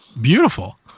Beautiful